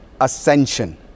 Ascension